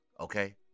Okay